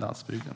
landsbygden.